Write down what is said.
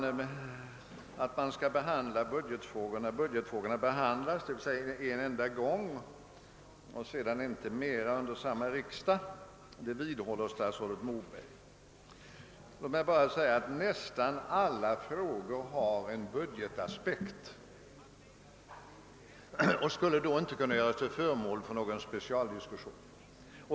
Statsrådet Moberg vidhåller att vi skall behandla frågorna en enda gång och sedan inte mer under samma riksdag. Låt mig då bara säga för det första att nästan alla frågor har en budgetaspekt och i så fall inte skulle kunna göras till föremål för någon specialdiskussion.